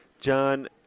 John